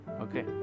okay